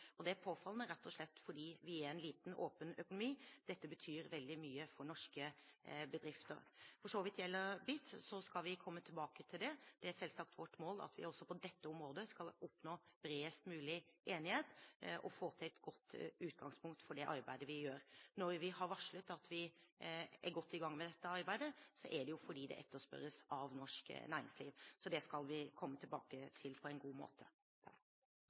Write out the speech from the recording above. Det er påfallende rett og slett fordi vi er en liten, åpen økonomi, og dette betyr veldig mye for norske bedrifter. Hva gjelder BITs, skal vi komme tilbake til det. Det er selvsagt vårt mål at vi også på dette området skal oppnå bredest mulig enighet og få til et godt utgangspunkt for det arbeidet vi gjør. Når vi har varslet at vi er godt i gang med dette arbeidet, er det fordi det etterspørres av norsk næringsliv. Så det skal vi komme tilbake til på en god måte.